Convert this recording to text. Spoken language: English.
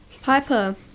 Piper